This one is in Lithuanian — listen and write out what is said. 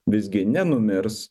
visgi nenumirs